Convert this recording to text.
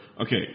Okay